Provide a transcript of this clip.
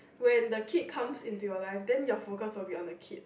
when the kid comes into your life then your focus will be on the kid